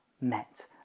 met